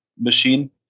Machine